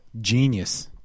Genius